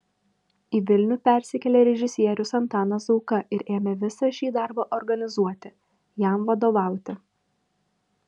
į vilnių persikėlė režisierius antanas zauka ir ėmė visą šį darbą organizuoti jam vadovauti